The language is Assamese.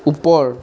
ওপৰ